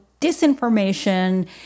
disinformation